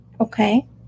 Okay